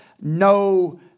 no